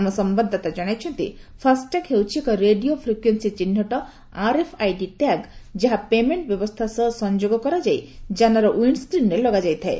ଆମ ସମ୍ଭାଦଦାତା ଜଣାଇଛନ୍ତି ଫାସ୍ଟ୍ୟାଗ୍ ହେଉଛି ଏକ ରେଡିଓ ଫ୍ରିକ୍ୟୁନ୍ସୀ ଚିହ୍ନଟ ଆର୍ଏଫ୍ଆଇଡି ଟ୍ୟାଗ୍ ଯାହା ପେମେଣ୍ଟ ବ୍ୟବସ୍ଥା ସହ ସଂଯୋଗ କରାଯାଇ ଯାନର ଓ୍ପିଣ୍ଡ୍ ସ୍କ୍ରିନ୍ରେ ଲଗାଯାଇଥାଏ